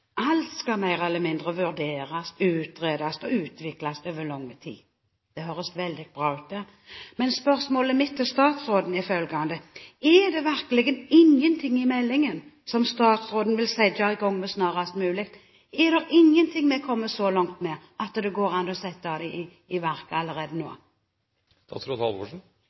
Alt skal mer eller mindre vurderes, utredes og utvikles over lang tid. Det høres veldig bra ut, men spørsmålet mitt til statsråden er følgende: Er det virkelig ingenting i meldingen som statsråden vil sette i gang med snarest mulig? Er det ingenting vi er kommet så langt med at det går an å sette det i verk allerede